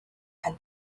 had